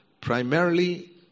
primarily